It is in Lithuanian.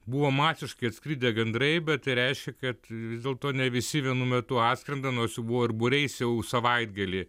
buvo masiškai atskridę gandrai bet tai reiškia kad vis dėlto ne visi vienu metu atskrenda nors jau buvo ir būriais jau savaitgalį